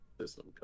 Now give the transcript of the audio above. system